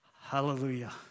hallelujah